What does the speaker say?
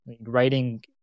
writing